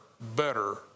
better